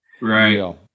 Right